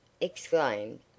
exclaimed